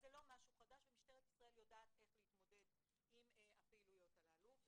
אז זה לא משהו חדש ומשטרת ישראל יודעת איך להתמודד עם ההתנהגויות הללו.